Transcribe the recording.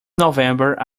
november